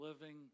living